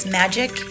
magic